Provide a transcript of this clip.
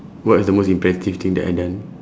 what is the most impressive thing that I done